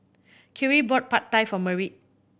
Khiry bought Pad Thai for Merritt